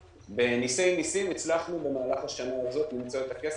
ובנסי ניסים הצלחנו במהלך השנה הזאת למצוא את הכסף,